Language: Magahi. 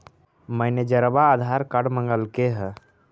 मैनेजरवा आधार कार्ड मगलके हे?